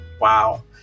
wow